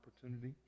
opportunity